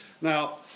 Now